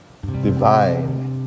divine